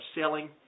selling